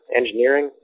engineering